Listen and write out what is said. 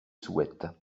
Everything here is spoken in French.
souhaite